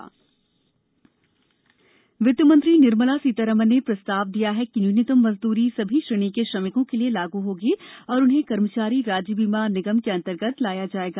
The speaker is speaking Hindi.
न्यूनतम मजदूरी वित्तमंत्री निर्मला सीतारामन ने प्रस्ताव दिया है कि न्यूनतम मजदूरी सभी श्रेणी के श्रमिकों के लिए लागू होगी और उन्हें कर्मचारी राज्य बीमा निगम के अंतर्गत लाया जाएगा